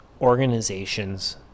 organizations